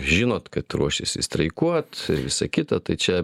žinot kad ruošiasi streikuot visa kita tai čia